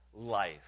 life